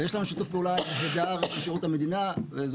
ויש לנו שיתוף פעולה נהדר עם שירות המדינה וזו